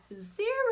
zero